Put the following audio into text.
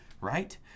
Right